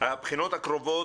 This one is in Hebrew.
הבחינות הקרובות,